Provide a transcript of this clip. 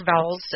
Vowels